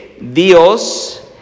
Dios